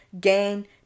gain